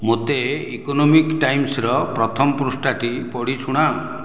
ମୋତେ 'ଇକୋନୋମିକ୍ ଟାଇମ୍ସ୍'ର ପ୍ରଥମ ପୃଷ୍ଠାଟି ପଢ଼ି ଶୁଣାଅ